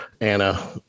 Anna